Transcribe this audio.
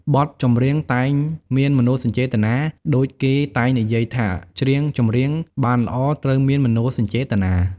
បទចម្រៀងតែងមានមនោសញ្ចេតនា ដូចគេតែងនិយាយថាច្រៀងចម្រៀងបានល្អត្រូវមានមនោសញ្ចេតនា។